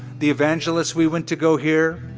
the evangelist we went to go hear,